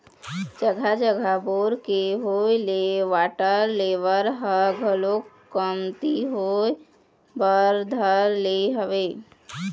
जघा जघा बोर के होय ले वाटर लेवल ह घलोक कमती होय बर धर ले हवय